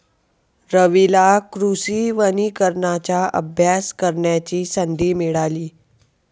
रवीला कृषी वनीकरणाचा अभ्यास करण्याची संधी मिळाली